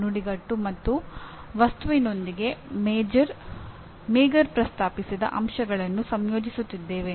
ಈಗ ನಾವು ಉತ್ತಮ ಎಂಜಿನಿಯರ್ ಯಾರು ಎಂದು ಅರ್ಥಮಾಡಿಕೊಳ್ಳಲು ಪ್ರಯತ್ನಿಸುತ್ತಿದ್ದೇವೆ